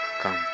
come